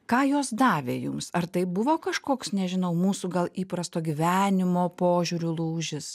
ką jos davė jums ar tai buvo kažkoks nežinau mūsų gal įprasto gyvenimo požiūriu lūžis